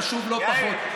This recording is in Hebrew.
חשוב לא פחות.